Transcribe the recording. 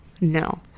no